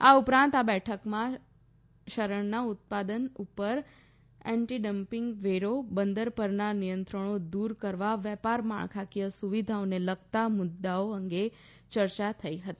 આ ઉપરાંત આ બેઠકમાં શણના ઉત્પાદન ઉપર એન્ટીડંમ્પિંગ વેરો બંદર પરના નિયંત્રણો દૂર કરવા વેપાર માળખાકીય સુવિધાને લગતા મુદ્દાઓ અંગે ચર્ચા થઈ હતી